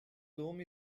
doğum